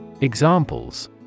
Examples